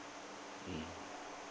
mm